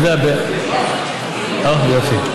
יופי.